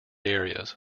areas